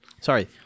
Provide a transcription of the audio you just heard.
Sorry